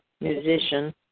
musician